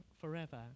forever